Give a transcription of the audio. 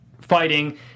fighting